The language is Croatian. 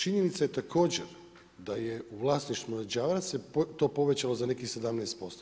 Činjenica je također, da je u vlasništvu Mađarac, je to povećao za nekih 17%